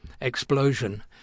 explosion